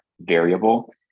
variable